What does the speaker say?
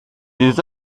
des